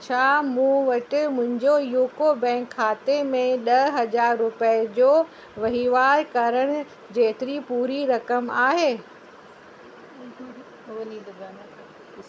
छा मूं वटि मुंहिंजो यूको बैंक खाते में ॾह हज़ार रुपए जो वहिंवार करणु जेतरी पूरी रक़म आहे